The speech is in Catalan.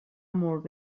molt